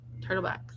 Turtlebacks